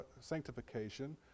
sanctification